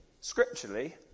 scripturally